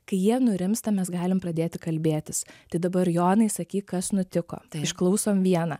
kai jie nurimsta mes galim pradėti kalbėtis tai dabar jonai sakyk kas nutiko išklausome vieną